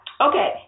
Okay